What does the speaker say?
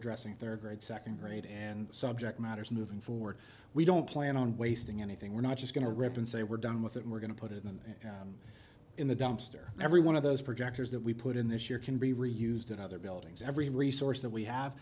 addressing their grade second grade and subject matters moving forward we don't plan on wasting anything we're not just going to rip and say we're done with it we're going to put it in there in the dumpster every one of those projectors that we put in this year can be reused in other buildings every resource that we have